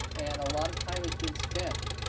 and a lot of time has been spent.